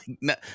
no